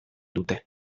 dute